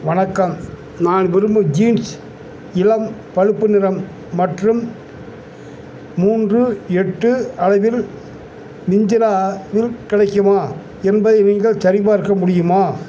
வணக்கம் நான் விரும்பும் ஜீன்ஸ் இளம் பழுப்பு நிறம் மற்றும் மூன்று எட்டு அளவில் மிந்திராவில் கிடைக்குமா என்பதை நீங்கள் சரிபார்க்க முடியுமா